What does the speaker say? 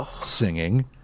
singing